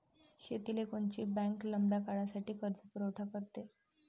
शेतीले कोनची बँक लंब्या काळासाठी कर्जपुरवठा करते?